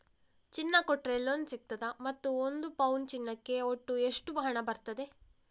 ಚಿನ್ನ ಕೊಟ್ರೆ ಲೋನ್ ಸಿಗ್ತದಾ ಮತ್ತು ಒಂದು ಪೌನು ಚಿನ್ನಕ್ಕೆ ಒಟ್ಟು ಎಷ್ಟು ಹಣ ಬರ್ತದೆ?